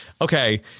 Okay